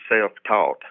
self-taught